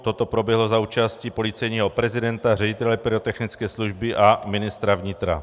Toto proběhlo za účasti policejního prezidenta, ředitele pyrotechnické služby a ministra vnitra.